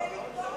עוד שבוע,